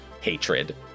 Hatred